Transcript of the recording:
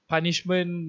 Punishment